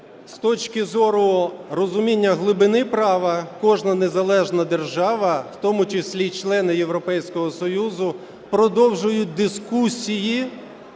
з точки зору розуміння глибини права, кожна незалежна держава, в тому числі і члени Європейського Союзу, продовжують дискусії